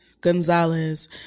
Gonzalez